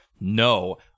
no